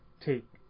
take